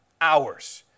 hours